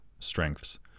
strengths